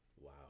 Wow